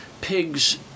pigs